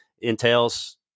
entails